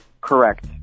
Correct